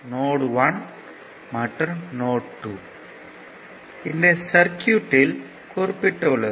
note 1 மற்றும் node 2 இந்த சர்க்யூட்யில் குறிக்கப்பட்டுள்ளது